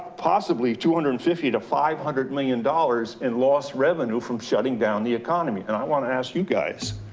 possibly two hundred and fifty to five hundred million dollars in lost revenue from shutting down the economy. and i wanna ask you guys,